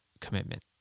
commitment